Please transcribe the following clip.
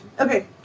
Okay